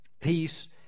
peace